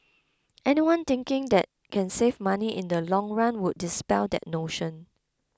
anyone thinking that can save money in the long run would dispel that notion